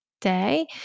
day